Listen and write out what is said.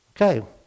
Okay